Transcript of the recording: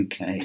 UK